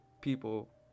people